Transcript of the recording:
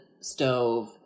stove